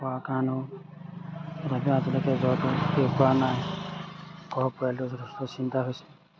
হোৱাৰ কাৰণেও তথাপিও আজিলৈকে জ্বৰটো ঠিক হোৱা নাই ঘৰৰ পৰিয়ালটোৰ যথেষ্ট চিন্তা হৈছে